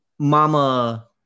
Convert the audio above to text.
mama